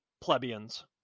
plebeians